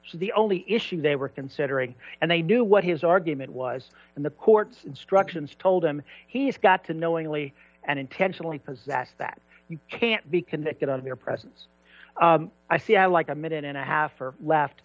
count the only issue they were considering and they knew what his argument was and the court's struction told him he's got to knowingly and intentionally possess that you can't be convicted on their presence i see i like a minute and a half left